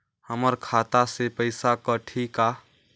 हमर खाता से पइसा कठी का?